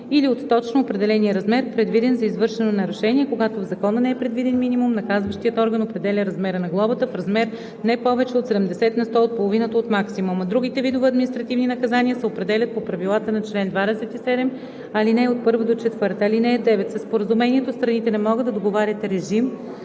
или от точно определения размер, предвиден за извършеното нарушение, а когато в закона не е предвиден минимум, наказващият орган определя размера на глобата в размер, не повече от 70 на сто от половината от максимума. Другите видове административни наказания се определят по правилата на чл. 27, ал. 1 – 4. (9) Със споразумението страните не могат да договарят режим